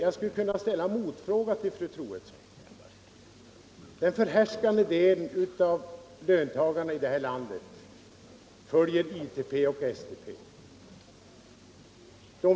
Jag skulle kunna ställa en motfråga till fru Troedsson. Den förhärskande delen av löntagarna i det här landet är anslutna till ITP och STP.